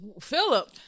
Philip